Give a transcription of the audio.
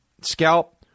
scalp